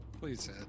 Please